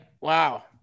wow